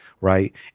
right